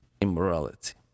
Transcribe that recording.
immorality